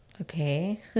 Okay